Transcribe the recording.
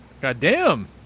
Goddamn